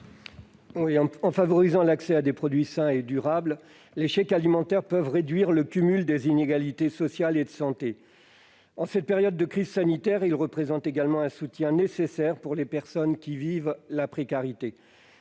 En favorisant l'accès à des produits sains et durables, les chèques alimentaires peuvent réduire le cumul des inégalités sociales et de santé. En cette période de crise sanitaire, ils représentent également un soutien nécessaire pour les personnes qui vivent dans la précarité.